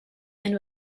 and